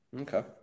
Okay